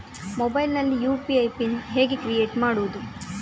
Mobile ನಲ್ಲಿ UPI pin ಹೇಗೆ create ಮಾಡುವುದು?